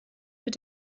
mit